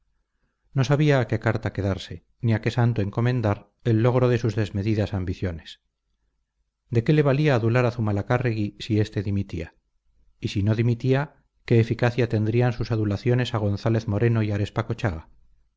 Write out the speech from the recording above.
no sabía a qué carta quedarse ni a qué santo encomendar el logro de sus desmedidas ambiciones de qué le valía adular a zumalacárregui si éste dimitía y si no dimitía qué eficacia tendrían sus adulaciones a gonzález moreno y